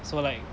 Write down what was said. so like